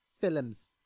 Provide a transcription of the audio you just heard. Films